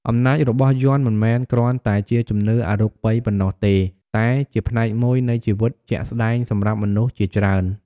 អំណាចរបស់យ័ន្តមិនមែនគ្រាន់តែជាជំនឿអរូបីប៉ុណ្ណោះទេ តែជាផ្នែកមួយនៃជីវិតជាក់ស្ដែងសម្រាប់មនុស្សជាច្រើន។